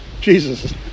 Jesus